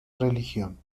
región